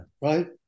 right